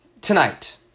Tonight